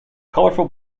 colourful